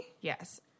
Yes